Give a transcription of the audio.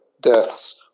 deaths